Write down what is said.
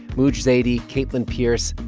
mooj zadie, caitlin pierce,